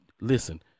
Listen